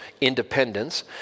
independence